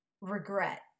regret